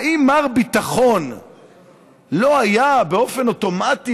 האם מר ביטחון לא היה באופן אוטומטי